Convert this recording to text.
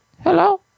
Hello